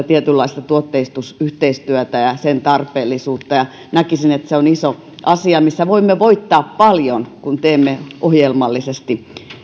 tietynlaista tuotteistusyhteistyötä ja sen tarpeellisuutta ja näkisin että se on iso asia missä voimme voittaa paljon kun teemme ohjelmallisesti